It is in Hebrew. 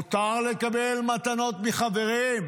מותר לקבל מתנות מחברים.